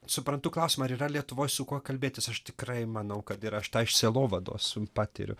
suprantu klausimą ar yra lietuvoj su kuo kalbėtis aš tikrai manau kad yra aš tą sielovados patiriu